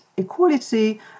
Equality